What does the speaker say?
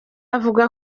avuga